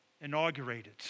inaugurated